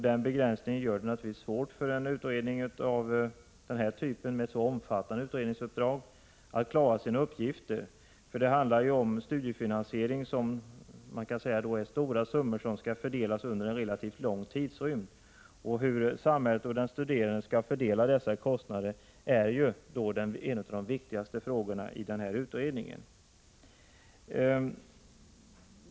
Den begränsningen gör det naturligtvis svårt för en utredning av den här typen med ett så omfattande uppdrag att klara sina uppgifter. Studiefinansiering handlar ju om stora summor som skall fördelas under relativt lång tidrymd. Hur samhället och den studerande skall fördela dessa kostnader är en av de viktigaste frågorna i utredningen.